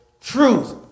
truth